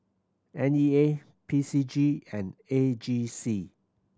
N E A P C G and A G C